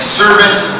servants